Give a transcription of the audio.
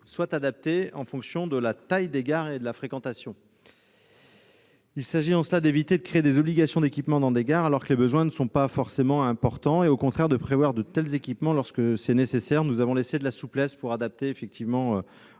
les vélos en fonction de la taille des gares et de la fréquentation. Il s'agit d'éviter de créer des obligations d'équipement dans des gares où les besoins ne sont pas forcément importants et de prévoir de tels équipements là où ils sont nécessaires. Nous avons laissé de la souplesse pour permettre une